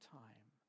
time